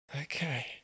okay